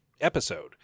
episode